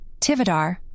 Tivadar